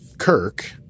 Kirk